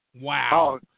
wow